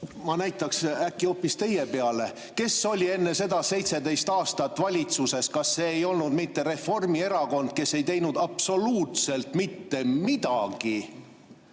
ma näitaks äkki hoopis teie peale: kes oli enne seda 17 aastat valitsuses, kas see ei olnud mitte Reformierakond, kes ei teinud absoluutselt mitte midagi?